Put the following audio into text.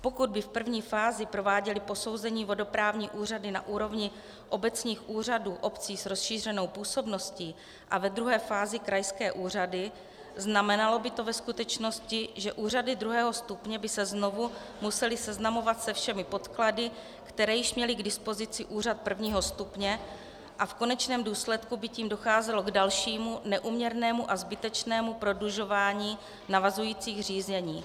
Pokud by v první fázi prováděly posouzení vodoprávní úřady na úrovni obecních úřadů obcí s rozšířenou působností a ve druhé fázi krajské úřady, znamenalo by to ve skutečnosti, že úřady druhého stupně by se znovu musely seznamovat se všemi podklady, které již měl k dispozici úřad prvního stupně, a v konečném důsledku by tím docházelo k dalšímu neúměrnému a zbytečnému prodlužování navazujících řízení.